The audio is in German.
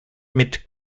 mit